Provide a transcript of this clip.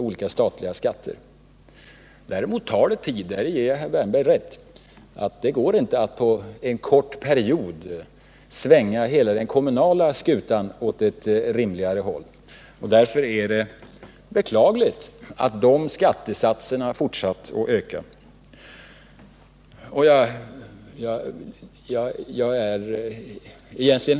Men sådana här saker tar tid, det ger jag herr Wärnberg rätt i. Det går t.ex. inte att under en kort period svänga hela den kommunala skutan åt rätt håll. De kommunala skattesatserna har därför fortsatt att öka, och det är beklagligt.